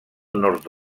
nord